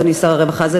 אדוני שר הרווחה.